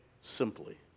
simply